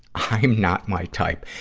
i'm not my type.